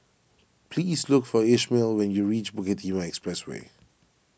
please look for Ishmael when you reach Bukit Timah Expressway